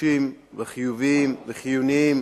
דרושים וחיוביים וחיוניים,